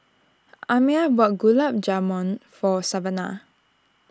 Amiah bought Gulab Jamun for Savana